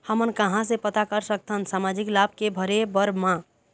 हमन कहां से पता कर सकथन सामाजिक लाभ के भरे बर मा?